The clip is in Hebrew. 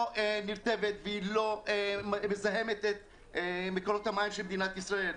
נרטבת ולא מזהמת את מקורות המים של מדינת ישראל.